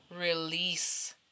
release